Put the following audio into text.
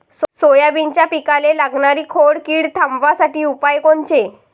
सोयाबीनच्या पिकाले लागनारी खोड किड थांबवासाठी उपाय कोनचे?